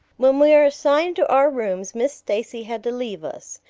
when we were assigned to our rooms miss stacy had to leave us.